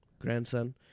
grandson